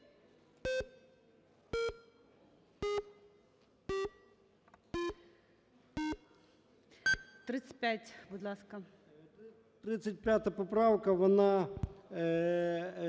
35, будь ласка.